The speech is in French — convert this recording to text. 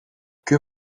que